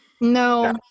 no